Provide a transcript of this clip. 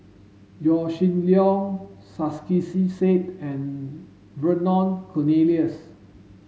Yaw Shin Leong Said and Vernon Cornelius